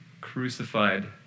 crucified